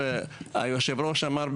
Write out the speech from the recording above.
היושב ראש אמר,